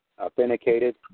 authenticated